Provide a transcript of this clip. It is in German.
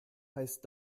heißt